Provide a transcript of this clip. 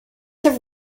have